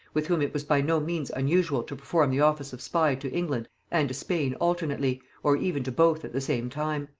with whom it was by no means unusual to perform the office of spy to england and to spain alternately, or even to both at the same time.